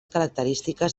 característiques